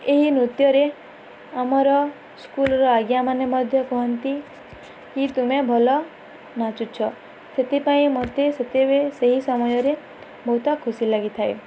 ଏହି ନୃତ୍ୟରେ ଆମର ସ୍କୁଲ୍ର ଆଜ୍ଞା ମାନେ ମଧ୍ୟ କୁହନ୍ତି କି ତୁମେ ଭଲ ନାଚୁଛ ସେଥିପାଇଁ ମଓତେ ସେତେବେ ସେହି ସମୟରେ ବହୁତ ଖୁସି ଲାଗିଥାଏ